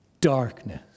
darkness